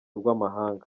rw’amahanga